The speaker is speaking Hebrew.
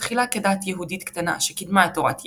בתחילה ככת יהודית קטנה שקידמה את תורת ישו,